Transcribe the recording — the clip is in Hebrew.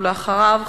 ולאחריו,